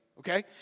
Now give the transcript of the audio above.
Okay